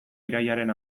irailaren